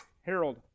Harold